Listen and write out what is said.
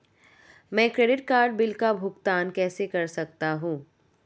मैं credit card bill का भुगतान कैसे कर सकता हूं?